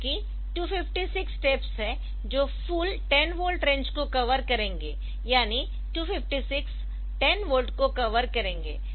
क्योंकि 256 स्टेप्स है जो फुल 10 वोल्ट रेंज को कवर करेंगे यानी 256 10 वोल्ट को कवर करेंगे